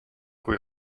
kui